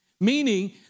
meaning